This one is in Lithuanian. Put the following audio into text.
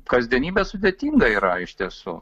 kasdienybė sudėtinga yra iš tiesų